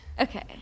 Okay